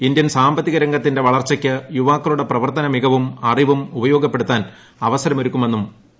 Indian സാമ്പത്തിക രംഗത്തിന്റെ വളർച്ചയ്ക്ക് ്യുവാക്കളുടെ പ്രവർത്തന മികവും അറിവും ഉപയോഗപ്പെടുത്താൻ അവസരമൊരുക്കുമെന്നും മന്ത്രു പറഞ്ഞു